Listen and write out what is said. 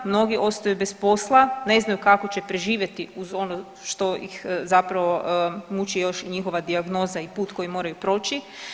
Mnogi ostaju bez posla, ne znaju kako će preživjeti uz ono što ih zapravo muči još i njihova dijagnoza i put koji moraju proći.